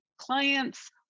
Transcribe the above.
clients